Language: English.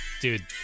Dude